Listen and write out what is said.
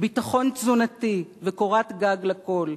ביטחון תזונתי וקורת גג לכול.